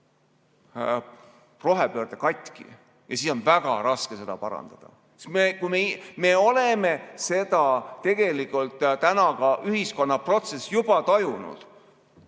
rohepöörde katki ja siis on väga raske seda parandada. Me oleme seda tegelikult ühiskonna protsessis juba tajunud,